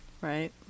Right